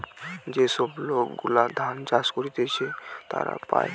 যে সব লোক গুলা ধান চাষ করতিছে তারা পায়